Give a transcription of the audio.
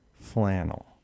flannel